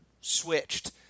switched